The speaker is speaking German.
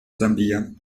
sambia